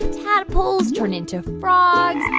tadpoles turn into frogs. and